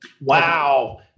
Wow